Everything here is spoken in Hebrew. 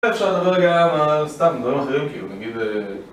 אפשר לדבר גם על סתם דברים אחרים, כאילו נגיד...